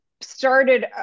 started